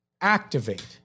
activate